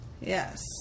yes